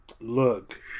Look